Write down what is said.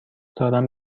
دارم